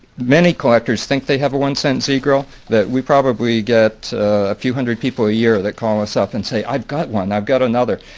many collectors think they have a one cent z-grill that we probably get a few hundred people a year that call us up and say, i've got one, i've got another.